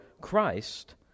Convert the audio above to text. Christ